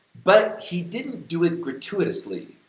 but he didn't do it gratuitously,